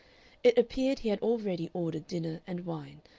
it appeared he had already ordered dinner and wine,